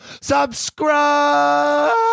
subscribe